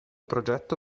progetto